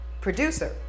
Producer